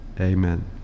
Amen